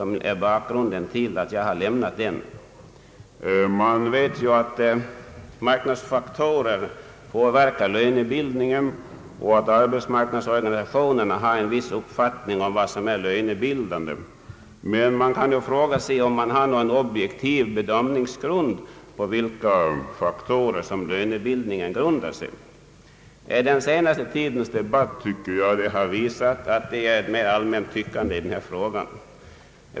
Man vet ju att marknadsfaktorer påverkar lönebildningen och att arbetsmarknadsorganisationerna har en viss uppfattning om vad som är lönebildan de, men man kan fråga sig om det finns någon objektiv bedömningsgrund för vilka faktorer lönebildningen grundar sig på. Den senaste tidens debatt har visat att det är ett mera allmänt tyckande i denna fråga.